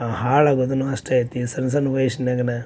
ಆ ಹಾಳಾಗುದುನು ಅಷ್ಟೇ ಐತಿ ಸಣ್ಣ ಸಣ್ಣ ವಯಸ್ನಾಗನ